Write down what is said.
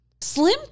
Slim